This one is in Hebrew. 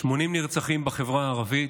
80 נרצחים בחברה הערבית,